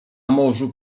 morzu